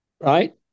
Right